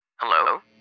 Hello